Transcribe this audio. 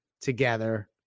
together